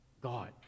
God